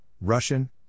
Russian